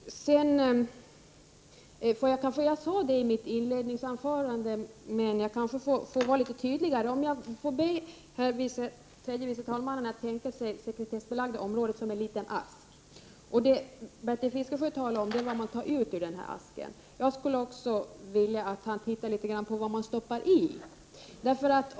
Jag sade detta i mitt inledningsanförande, men jag kanske får vara litet tydligare. Får jag kanske be tredje vice talmannen att tänka sig det sekretessbelagda området som en liten ask. Det Bertil Fiskesjö talade om är vad man tar ut ur denna ask. Jag skulle vilja att han också tittade litet på vad man stoppar in i den.